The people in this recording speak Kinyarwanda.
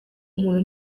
umuntu